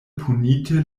punite